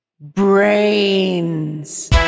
brains